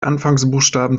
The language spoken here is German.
anfangsbuchstaben